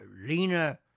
Lena